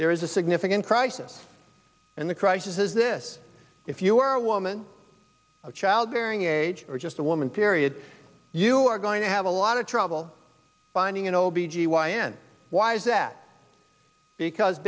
there is a significant crisis and the crisis is this if you are a woman of childbearing age or just a woman period you are going to have a lot of trouble finding an o b g y n why is that because